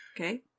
Okay